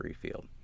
field